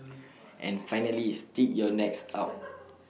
and finally stick your necks out